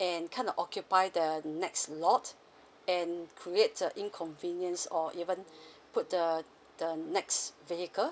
and kind occupy the next lot and creates a inconvenience or even put the the next vehicle